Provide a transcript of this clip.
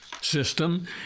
system